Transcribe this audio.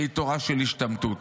שהיא תורה של השתמטות.